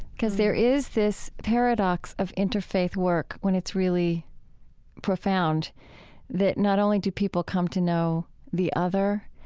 because there is this paradox of interfaith work when it's really profound that not only do people come to know the other,